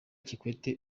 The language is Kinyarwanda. kikwete